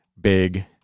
big